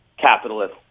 capitalist